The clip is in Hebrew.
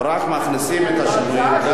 ורק מכניסים את השינויים.